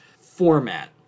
format